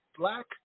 Black